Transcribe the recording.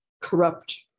corrupt